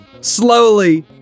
Slowly